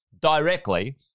directly